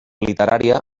literària